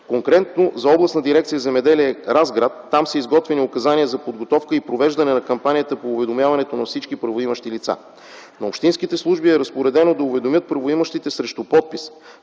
Конкретно за Областна дирекция „Земеделие” – Разград. Там са изготвени указания за подготовка и провеждане на кампанията по уведомяването на всички правоимащи лица. На общинските служби е разпоредено да уведомят правоимащите срещу подпис